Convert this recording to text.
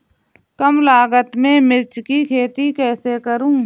कम लागत में मिर्च की खेती कैसे करूँ?